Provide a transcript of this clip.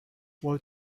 what